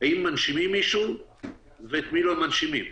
האם מנשימים מישהו ואת מי לא מנשימים.